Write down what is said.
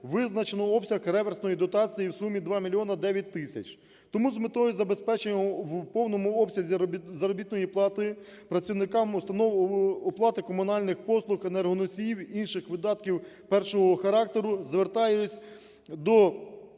визначено обсяг реверсної дотації у сумі 2 мільйони 9 тисяч. Тому з метою забезпечення в повному обсязі заробітної плати працівникам установ, оплати комунальних послуг енергоносіїв, інших видатків першого характеру звертаюсь до